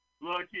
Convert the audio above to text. Look